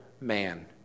man